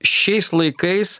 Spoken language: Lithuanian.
šiais laikais